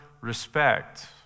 respect